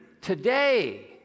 today